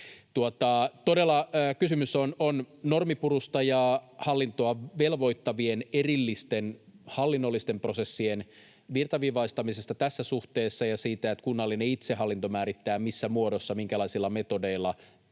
kysymys on normipurusta ja hallintoa velvoittavien erillisten hallinnollisten prosessien virtaviivaistamisesta tässä suhteessa ja siitä, että kunnallinen itsehallinto määrittää, missä muodossa, minkälaisilla metodeilla,